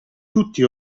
tutti